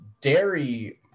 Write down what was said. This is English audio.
dairy